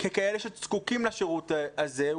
ככאלה שזקוקים לשירות הזה,